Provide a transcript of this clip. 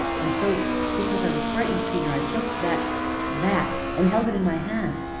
and so because i was frightened, peter, i took that that, and held it in my hand,